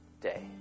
day